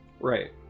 Right